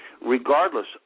regardless